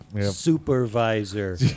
Supervisor